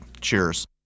Cheers